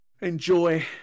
enjoy